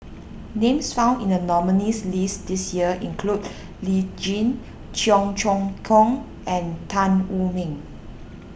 names found in the nominees' list this year include Lee Tjin Cheong Choong Kong and Tan Wu Meng